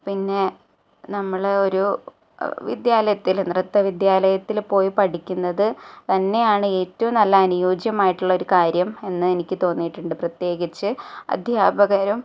പിന്നെ നമ്മൾ ഒരു വിദ്യാലയത്തിൽ നൃത്ത വിദ്യാലയത്തിൽ പോയി പഠിക്കുന്നത് തന്നെയാണ് ഏറ്റവും നല്ല അനുയോജ്യമായിട്ടുള്ള ഒരു കാര്യം എന്ന് എനിക്ക് തോന്നിറ്റിട്ടുണ്ട് പ്രത്യേകിച്ച് അധ്യാപകരും